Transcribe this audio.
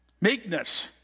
Meekness